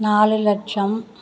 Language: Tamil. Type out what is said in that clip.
நாலு லட்சம்